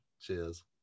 Cheers